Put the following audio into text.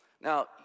Now